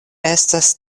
estas